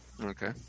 Okay